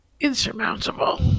insurmountable